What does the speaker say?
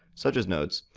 such as nodes,